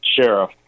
sheriff